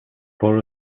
four